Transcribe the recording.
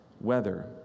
Weather